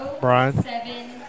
Brian